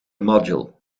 module